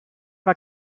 war